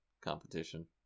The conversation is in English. competition